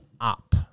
up